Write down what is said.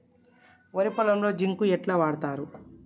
వరి పొలంలో జింక్ ఎట్లా వాడుతరు?